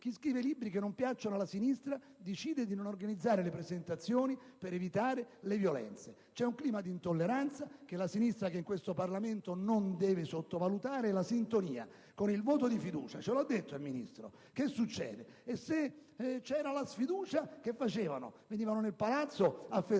chi scrive libri che non piacciono alla sinistra decide di non organizzare le presentazioni per evitare le violenze. C'è un clima di intolleranza che la sinistra che è in questo Parlamento non deve sottovalutare. E la sintonia con il voto di fiducia? Ce lo ha detto il Ministro. E se ci fosse stata la sfiducia, che avrebbero fatto? Sarebbero venuti nel Palazzo a festeggiare?